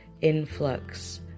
influx